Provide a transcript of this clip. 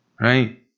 Right